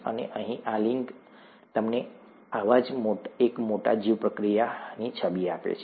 અને અહીં આ લિંક તમને આવા જ એક મોટા જીવપ્રતિક્રિયાની છબી આપે છે